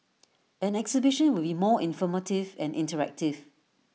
an exhibition would be more informative and interactive